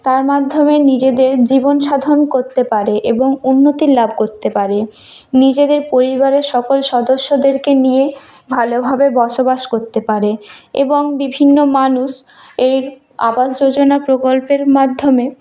তার মাধ্যমে নিজেদের জীবন সাধন করতে পারে এবং উন্নতি লাভ করতে পারে নিজেদের পরিবারের সকল সদস্যদেরকে নিয়ে ভালোভাবে বসবাস করতে পারে এবং বিভিন্ন মানুষ এই আবাস যোজনা প্রকল্পের মাধ্যমে